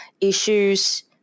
issues